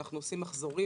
אנחנו עושים מחזורים,